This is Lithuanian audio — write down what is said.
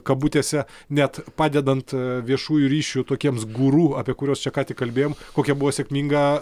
kabutėse net padedant viešųjų ryšių tokiems guru apie kuriuos čia ką tik kalbėjom kokia buvo sėkminga